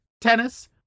tennis